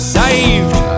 saved